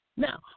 Now